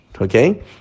okay